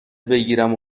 بگیرم